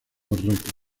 barracas